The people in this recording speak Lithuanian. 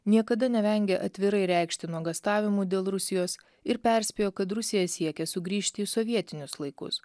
niekada nevengė atvirai reikšti nuogąstavimų dėl rusijos ir perspėjo kad rusija siekia sugrįžti į sovietinius laikus